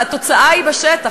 והתוצאה היא בשטח.